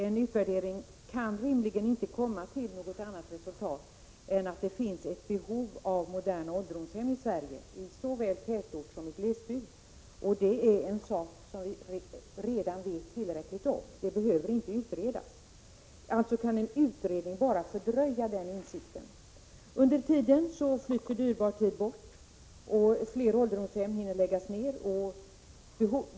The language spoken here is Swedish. En utvärdering kan rimligen inte komma till något annat resultat än att det finns behov av moderna ålderdomshem i Sverige i såväl tätort som glesbygd. Det är en sak som vi redan vet tillräckligt om. Det behöver inte utredas. Alltså kan en utredning bara fördröja den insikten. Under tiden flyter dyrbar tid bort och fler ålderdomshem hinner läggas ned.